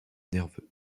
nerveux